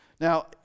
Now